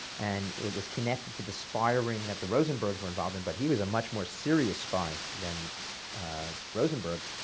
and it was connected to the spy ring that the rosenbergs were involved in, but he was a much more serious spy than the rosenbergs,